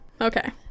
Okay